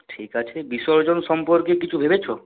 ঠিক আছে বিসর্জন সম্পর্কে কিছু ভেবেছ